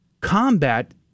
combat